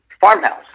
farmhouse